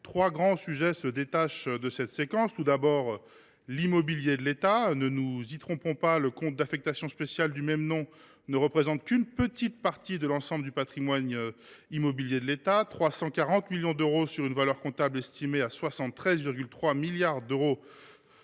trois grands sujets se détachent de cette séquence. Tout d’abord, l’immobilier de l’État. Ne nous y trompons pas, le compte d’affectation spéciale du même nom ne représente qu’une petite partie de l’ensemble du patrimoine immobilier de l’État : il fait état d’un montant de 340 millions d’euros sur une valeur comptable estimée à 73,3 milliards d’euros,